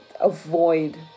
Avoid